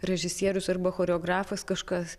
režisierius arba choreografas kažkas